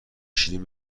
شیرین